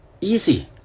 easy